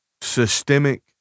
systemic